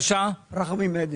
רחמים עדן.